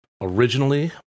originally